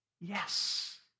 yes